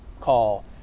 call